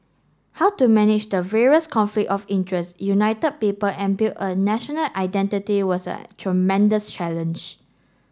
how to manage the various conflict of interest united people and build a national identity was a tremendous challenge